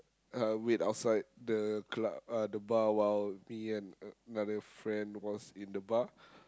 uh wait outside the club uh the bar while me and another friend was in the bar